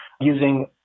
using